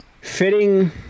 fitting